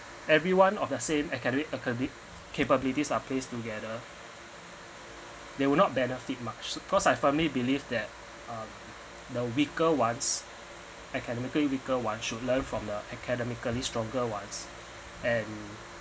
everyone of their same academic academic capabilities are placed together they will not benefit much because I firmly believe that uh the weaker ones academically weaker one should learn from the academically stronger ones and